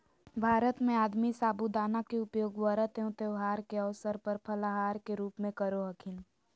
भारत में आदमी साबूदाना के उपयोग व्रत एवं त्यौहार के अवसर पर फलाहार के रूप में करो हखिन